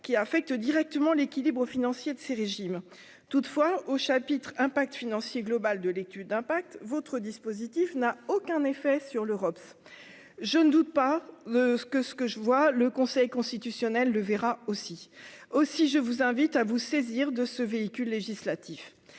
qui affectent directement l'équilibre financier de ces régimes toutefois au chapitre impact financier global de l'étude d'impact votre dispositif n'a aucun effet sur l'Europe, je ne doute pas, ce que ce que je vois le Conseil constitutionnel le verra aussi aussi je vous invite à vous saisir de ce véhicule législatif